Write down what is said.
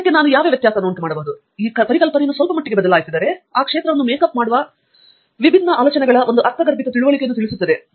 ಆದ್ದರಿಂದ ಅದು ಮೊದಲಿಗೆ ಎಲ್ಲವನ್ನೂ ಬಯಸುತ್ತದೆ ಅಂದರೆ ಈ ಪರಿಕಲ್ಪನೆಯನ್ನು ಸ್ವಲ್ಪಮಟ್ಟಿಗೆ ಬದಲಾಯಿಸಿದರೆ ಆ ಪ್ರದೇಶವನ್ನು ಮೇಕ್ಅಪ್ ಮಾಡುವ ವಿಭಿನ್ನ ಆಲೋಚನೆಗಳ ಒಂದು ಅರ್ಥಗರ್ಭಿತ ತಿಳುವಳಿಕೆಯನ್ನು ತಿಳಿಸುತ್ತದೆ